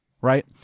right